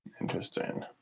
Interesting